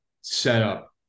setup